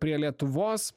prie lietuvos